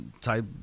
type